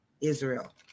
Israel